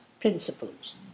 Principles